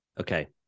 Okay